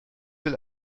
will